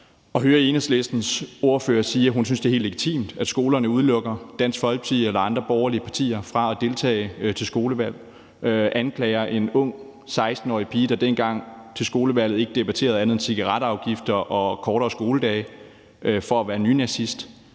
høre Enhedslistens ordfører sige, at hun synes, det er helt legitimt, at skolerne udelukker Dansk Folkeparti eller andre borgerlige partier fra at deltage i skolevalget, og anklage en ung, 16-årig pige, der dengang til skolevalget ikke debatterede andet end cigaretafgifter og kortere skoledage, for at være nynazist,